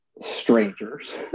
strangers